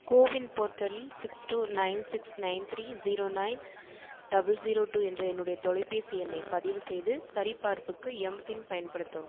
CoWIN போர்ட்டலில் six two nine six nine three zero nine double zero two என்ற என்னுடைய தொலைபேசி எண்ணைப் பதிவு செய்து சரிபார்ப்புக்கு எம்பின் பயன்படுத்தவும்